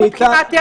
יש היערכות?